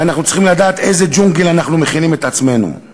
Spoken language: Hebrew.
ואנחנו צריכים לדעת איזה "ג'ונגל אנחנו מכינים לעצמנו";